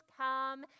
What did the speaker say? come